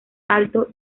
alto